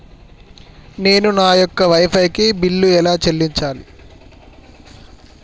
నేను నా యొక్క వై ఫై కి ఎలా బిల్లు చెల్లించాలి?